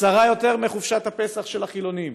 קצרה יותר מחופשת הפסח של החילונים,